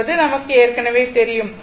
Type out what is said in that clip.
என்பது நமக்கு ஏற்கனவே தெரியும்